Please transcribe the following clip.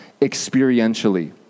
experientially